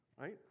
right